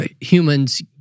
humans